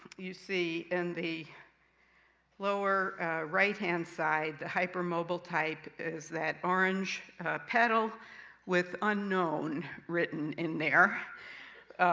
you see in the lower right-hand side, the hypermobile type is that orange petal with unknown written in there.